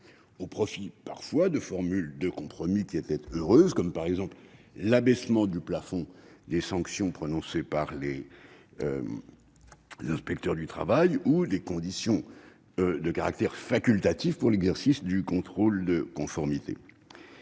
au profit, parfois, de formules de compromis heureuses, comme l'abaissement du plafond des sanctions prononcées par les inspecteurs du travail ou l'instauration du caractère facultatif de l'exercice du contrôle de conformité.